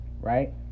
right